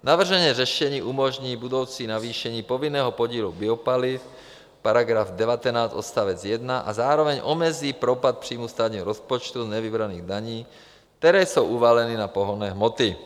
Navržené řešení umožní budoucí navýšení povinného podílu biopaliv v § 19 odst. 1 a zároveň omezí propad příjmu státního rozpočtu z nevybraných daní, které jsou uvaleny na pohonné hmoty.